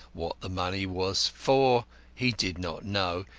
what the money was for he did not know,